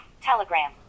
Telegram